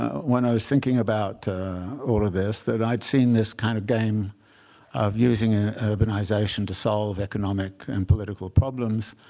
when i was thinking about all of this, that i'd seen this kind of game of using ah urbanization to solve economic and political problems.